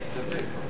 מסתפק.